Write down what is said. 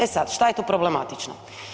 E sad, šta je tu problematično?